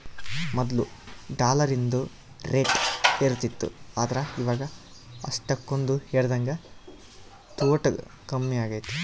ಮೊದ್ಲು ಡಾಲರಿಂದು ರೇಟ್ ಏರುತಿತ್ತು ಆದ್ರ ಇವಾಗ ಅಷ್ಟಕೊಂದು ಏರದಂಗ ತೊಟೂಗ್ ಕಮ್ಮೆಗೆತೆ